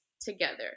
together